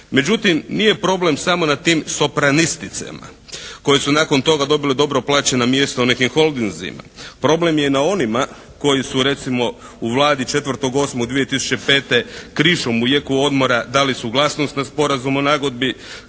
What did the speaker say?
Međutim, nije problem samo na tim "sopranisticama" koje su nakon toga dobile dobro plaćena mjesta u nekim holdinzima. Problem je na onima koji su recimo u Vladi 4.8.2005. krišom u jeku odmora dali suglasnost na sporazum o nagodbi